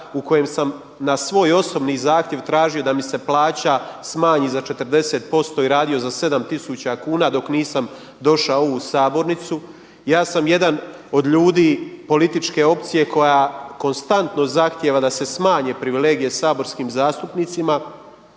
u kojem sam na svoj osobni zahtjev tražio da mi se plaća smanji za 40% i radio za 7 tisuća kuna dok nisam došao u ovu sabornicu. Ja sam jedan od ljudi političke opcije koja konstantno zahtjeva da se smanje privilegije saborskim zastupnicima